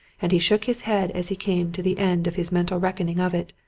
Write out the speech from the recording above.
and he shook his head as he came to the end of his mental reckoning of it.